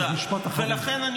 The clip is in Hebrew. אז משפט אחרון.